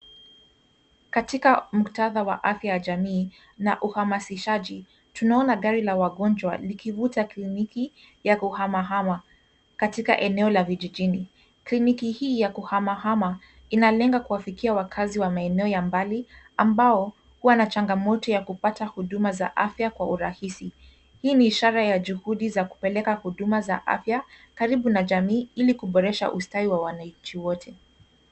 Katika muktadha wa afya ya jamii na uhamasishaji, tunaona gari la wagonjwa likivuta kliniki ya kuhama-hama katika eneo la vijijini. Kliniki hii ya kuhama-hama inalenga kuwafikia wakazi wa maeneo ya mbali, ambao huwa na changamoto ya kupata kuduma za afya kwa urahisi. Hii ni ishara ya juhudi za kupeleka huduma za afya karibu na jamii ili kuboresha ustawi wa wananchi wote.